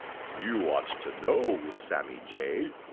you ought to know, sammy jay,